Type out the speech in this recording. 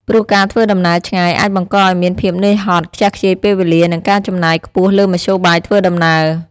ព្រោះការធ្វើដំណើរឆ្ងាយអាចបង្កឱ្យមានភាពនឿយហត់ ខ្ជះខ្ជាយពេលវេលា និងការចំណាយខ្ពស់លើមធ្យោបាយធ្វើដំណើរ។